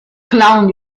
clown